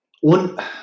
one